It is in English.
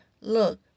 Look